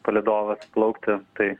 palydovas plaukti tai